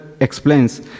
explains